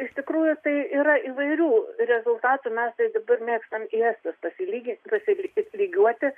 iš tikrųjų tai yra įvairių rezultatų mes dabar mėgstam į estus pasilygint pasilygiuoti